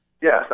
Yes